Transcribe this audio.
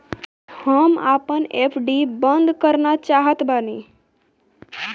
हम आपन एफ.डी बंद करना चाहत बानी